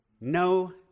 No